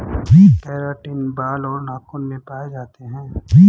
keratin बाल और नाखून में पाए जाते हैं